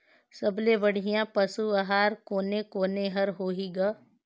सबले बढ़िया पशु आहार कोने कोने हर होही ग?